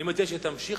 אני מציע שתמשיך,